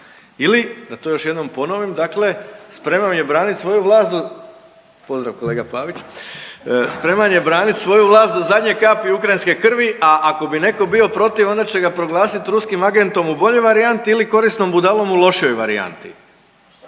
vlast do, pozdrav kolega Pavić, spreman je braniti svoju vlast do zadnje kapi ukrajinske krvi, a ako bi netko bio protiv, onda će ga proglasiti ruskim agentom u boljoj varijanti ili korisnom budalom u lošijoj varijanti. Samo